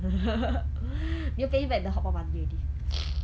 did you pay him back the hotpot money already